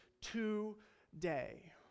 today